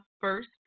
first